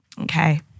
okay